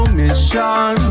mission